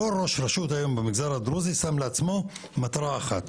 כל ראש רשות היום במגזר הדרוזית שם לעצמו מטרה אחת,